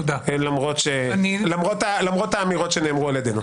למרות האמירות שנאמרו על ידינו.